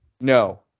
No